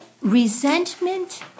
resentment